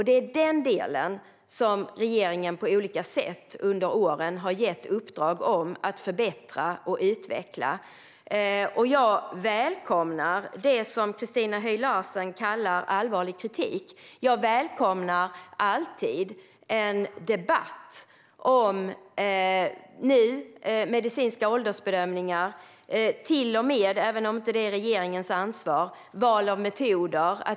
Det är den delen som regeringen på olika sätt under åren har gett uppdrag om att förbättra och utveckla. Jag välkomnar det som Christina Höj Larsen kallar allvarlig kritik. Jag välkomnar alltid en debatt. Den gäller nu medicinska åldersbedömningar och till och med, även om det inte är regeringens ansvar, val av metoder.